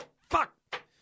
Fuck